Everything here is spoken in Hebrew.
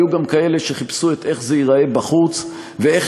היו גם כאלה שחיפשו איך זה ייראה בחוץ ואיך